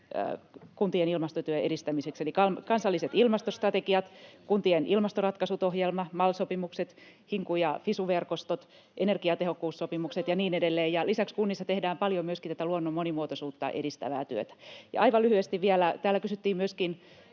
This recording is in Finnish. kuntien ilmastotyön edistämiseksi, eli kansalliset ilmastostrategiat, Kuntien ilmastoratkaisut ‑ohjelma, MAL-sopimukset, Hinku- ja Fisu-verkostot, energiatehokkuussopimukset ja niin edelleen, ja lisäksi kunnissa tehdään paljon myöskin luonnon monimuotoisuutta edistävää työtä. Aivan lyhyesti vielä: täällä kysyttiin myöskin